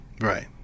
Right